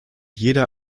jeder